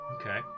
Okay